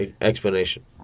Explanation